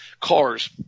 cars